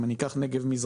אם אני אקח נגב מזרחי,